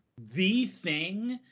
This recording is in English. the thing.